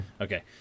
okay